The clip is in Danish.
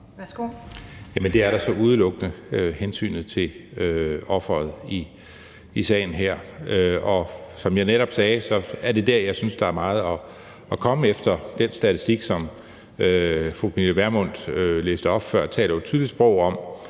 det er da så udelukkende hensynet til offeret i sagen her, og som jeg netop sagde, er det dér, jeg synes der er meget at komme efter. Den statistik, som fru Pernille Vermund læste op før, taler jo sit tydelige sprog om,